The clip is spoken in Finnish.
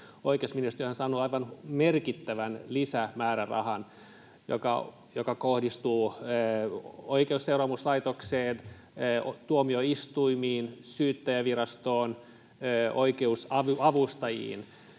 Oikeusministeriö on saanut aivan merkittävän lisämäärärahan, joka kohdistuu Rikosseuraamuslaitokseen, tuomioistuimiin, syyttäjänvirastoon, oikeusavustajiin.